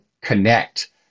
connect